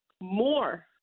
more